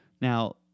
Now